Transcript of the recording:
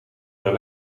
wel